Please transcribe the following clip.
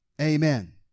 Amen